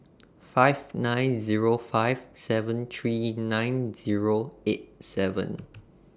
five nine Zero five seven three nine Zero eight seven